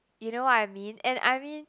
you know what I mean and I mean